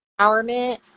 empowerment